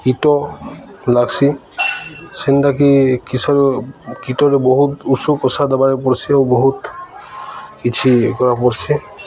କୀଟ ଲାଗ୍ସି ସେନ୍ତାକିି କିଷର କୀଟରେ ବହୁତ ଉଷ ପ୍ରଷା ଦବାରେ ପଡ଼୍ସି ଓ ବହୁତ କିଛି କର ପଡ଼୍ସି